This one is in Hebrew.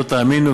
לא תאמינו,